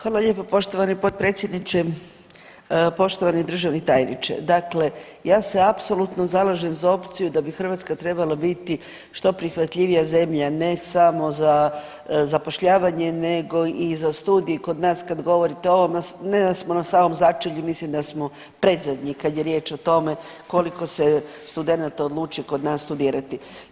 Hvala lijepo poštovani potpredsjedniče, poštovani državni tajniče, dakle ja se apsolutno zalažem za opciju da bi Hrvatska trebala biti što prihvatljivija zemlja, ne samo za zapošljavanje nego i za studij kod nas, kad govorite o ovom, ne da smo na samom začelju, mislim da smo predzadnji kad je riječ o tome koliko se studenata odluči kod nas studirati.